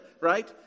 Right